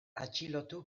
atxilotu